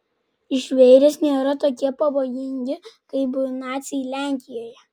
žvėrys nėra tokie pavojingi kaip naciai lenkijoje